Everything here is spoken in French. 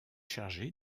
chargé